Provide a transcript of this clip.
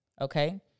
okay